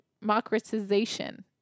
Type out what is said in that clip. democratization